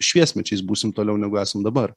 šviesmečiais būsim toliau negu esam dabar